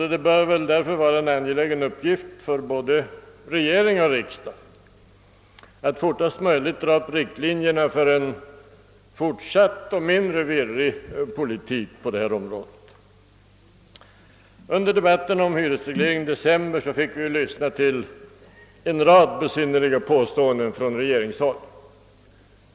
Det bör väl därför vara en angelägen uppgift för både regering och riksdag att fortast möjligt dra upp riktlinjerna för en fortsatt och mindre virrig politik på detta område. Under debatten om hyresregleringen i december fick vi ju lyssna till en rad besynnerliga påståenden från regeringshåll.